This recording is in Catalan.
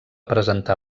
presentar